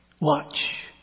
Watch